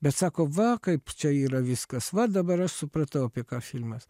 bet sako va kaip čia yra viskas va dabar aš supratau apie ką filmas